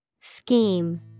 Scheme